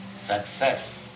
success